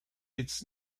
its